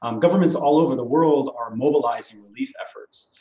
um governments all over the world are mobilizing relief efforts.